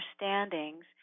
understandings